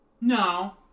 No